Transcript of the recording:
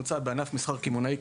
לענף מסחר קמעונאי,